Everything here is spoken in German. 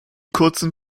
kurzen